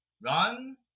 Run